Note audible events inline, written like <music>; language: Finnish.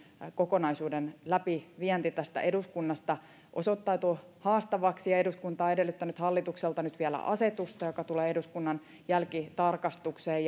kokonaisuuden läpivienti eduskunnasta osoittautui haastavaksi ja eduskunta on edellyttänyt hallitukselta nyt vielä asetusta joka tulee eduskunnan jälkitarkastukseen <unintelligible>